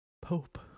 Pope